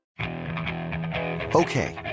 Okay